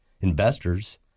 investors—